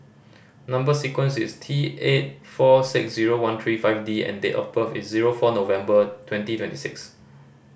number sequence is T eight four six zero one three five D and date of birth is zero four November twenty twenty six